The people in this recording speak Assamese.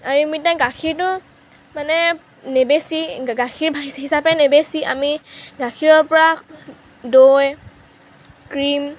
আমি এতিয়া গাখীৰটো মানে নেবেচি গাখীৰ হিচাপে নেবেচি আমি গাখীৰৰ পৰা দৈ ক্ৰীম